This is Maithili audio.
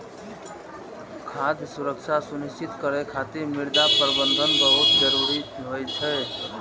खाद्य सुरक्षा सुनिश्चित करै खातिर मृदा प्रबंधन बहुत जरूरी होइ छै